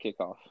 kickoff